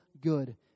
good